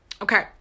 Okay